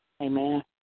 Amen